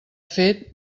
fet